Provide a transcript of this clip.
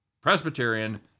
Presbyterian